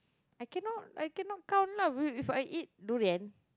I cannot I cannot count lah if I eat durian